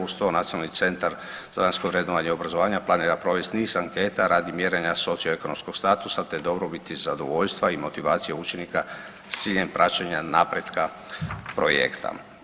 Uz to Nacionalni centar za vanjsko vrednovanje i obrazovanja planira provest niz anketa radi mjerenja socioekonomskog statusa, te dobrobiti zadovoljstva i motivacije učenika s ciljem praćenja napretka projekta.